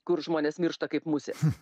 kur žmonės miršta kaip musės